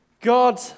God